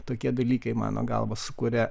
tokie dalykai mano galva sukuria